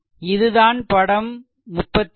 இது தான் படம் 36